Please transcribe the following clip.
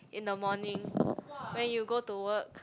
in the morning when you go to work